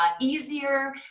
easier